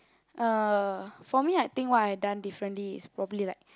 uh for me I think what I done differently is probably like